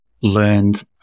learned